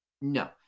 no